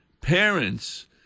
parents